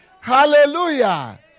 Hallelujah